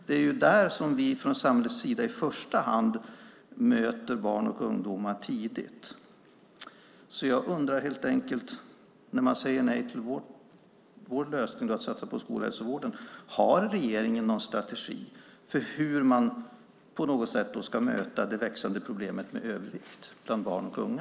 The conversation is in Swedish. Det är ju där som man från samhällets sida i första hand möter barn och ungdomar tidigt. När ni säger nej till vår lösning att satsa på skolhälsovården undrar jag helt enkelt: Har regeringen någon strategi för hur man på något sätt kan möta det växande problemet med övervikt bland barn och unga?